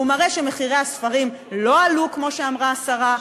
הוא מראה שמחירי הספרים לא עלו כמו שאמרה השרה,